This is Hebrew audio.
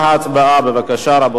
בבקשה, רבותי.